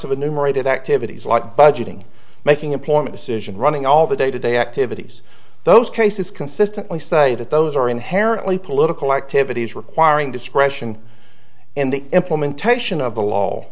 numerated activities like budgeting making employment decisions running all the day to day activities those cases consistently say that those are inherently political activities requiring discretion in the implementation of the law